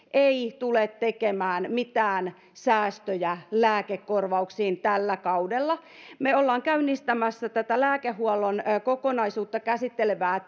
ei tule tekemään mitään säästöjä lääkekorvauksiin tällä kaudella me olemme käynnistämässä lääkehuollon kokonaisuutta käsittelevää